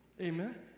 Amen